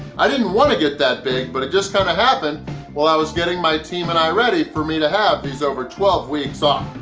i didn't want to get that big but it just kinda happened while i was getting my team and i ready for me to have these over twelve weeks off.